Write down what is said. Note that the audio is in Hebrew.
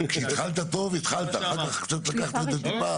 כשהתחלת טוב התחלת, אחר כך לקחת את זה טיפה.